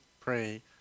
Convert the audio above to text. pray